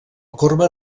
corba